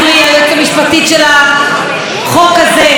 היועצת המשפטית של החוק זה,